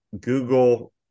Google